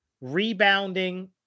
rebounding